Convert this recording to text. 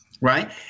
right